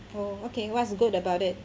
oh okay what's good about it